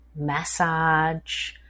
massage